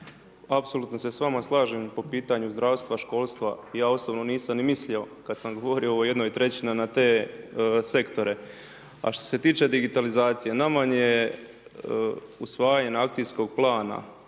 Apsolutno se s vama slažem po pitanju zdravstva, školstva. Ja osobno nisam ni mislio kada sam govorio o .../Govornik se ne razumije./... trećina na te sektore. A što se tiče digitalizacije, nama vam je usvajanje akcijskog plana